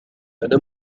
أنا